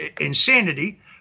insanity